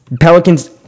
Pelicans